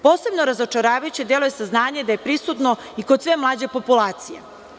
Posebno razočaravajuće deluje saznanje da je prisutno i kod sve mlađe populacije.